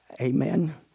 Amen